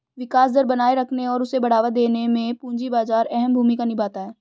विकास दर बनाये रखने और उसे बढ़ावा देने में पूंजी बाजार अहम भूमिका निभाता है